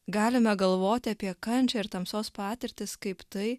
galime galvoti apie kančią ir tamsos patirtis kaip tai